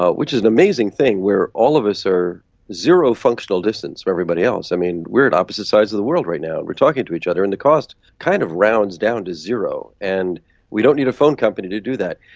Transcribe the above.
ah which is an amazing thing, where all of us are zero functional distance from everybody else. i mean we're at opposite sides of the world right now and we're talking to each other, and the cost kind of rounds down to zero. and we don't need a phone company to do that.